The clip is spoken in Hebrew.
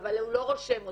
אבל הוא לא רושם אותם,